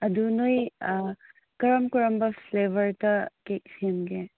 ꯑꯗꯨ ꯅꯣꯏ ꯀꯔꯝ ꯀꯔꯝꯕ ꯐ꯭ꯂꯦꯕꯔꯗ ꯀꯦꯛ ꯁꯦꯝꯒꯦ